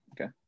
Okay